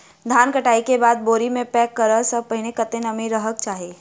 धान कटाई केँ बाद बोरी मे पैक करऽ सँ पहिने कत्ते नमी रहक चाहि?